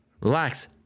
relax